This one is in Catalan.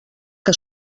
que